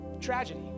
Tragedy